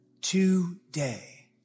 today